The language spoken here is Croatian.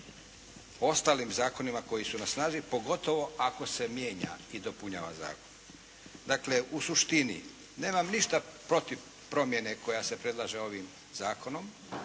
ostalim zakonima koji su na snazi, pogotovo ako se mijenja i dopunjava zakon. Dakle, u suštini nemam ništa protiv promjene koja se predlaže ovim zakonom,